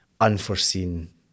unforeseen